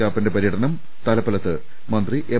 കാപ്പന്റെ പര്യടനം തലപ്പലത്ത് മന്ത്രി എം